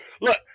Look